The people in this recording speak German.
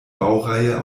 baureihe